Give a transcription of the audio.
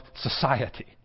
society